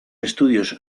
estudios